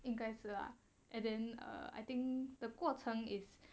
应该是 lah and then err I think the 过程 is